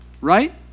right